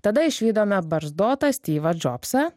tada išvydome barzdotą styvą džobsą